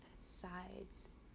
sides